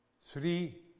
Three